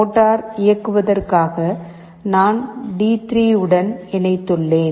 motor இயக்குவதற்காக நான் டி3 உடன் இணைத்துள்ளேன்